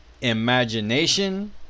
imagination